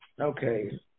Okay